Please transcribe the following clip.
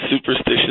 superstitious